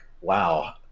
wow